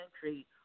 country